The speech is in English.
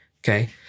Okay